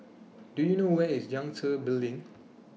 Do YOU know Where IS Yangtze Building